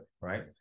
right